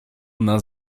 nas